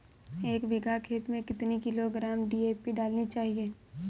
एक बीघा खेत में कितनी किलोग्राम डी.ए.पी डालनी चाहिए?